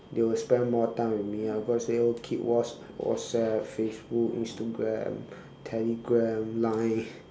they will spend more time with me ah because they all keep watch whatsapp facebook instagram telegram line